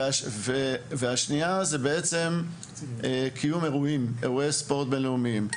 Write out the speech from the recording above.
והשני הוא קיום אירועי ספורט בינלאומיים.